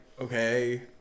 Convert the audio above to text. okay